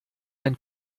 ein